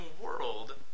world